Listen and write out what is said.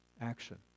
action